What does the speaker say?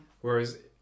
Whereas